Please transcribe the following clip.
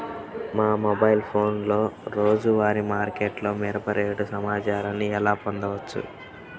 మా మొబైల్ ఫోన్లలో రోజువారీ మార్కెట్లో మిరప రేటు సమాచారాన్ని ఎలా పొందవచ్చు?